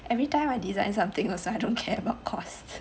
every time I designed something also I don't care about costs